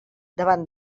davant